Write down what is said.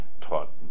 taught